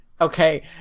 Okay